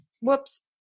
Whoops